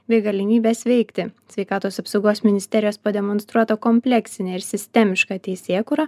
bei galimybes veikti sveikatos apsaugos ministerijos pademonstruota kompleksinė ir sistemiška teisėkūra